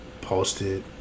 posted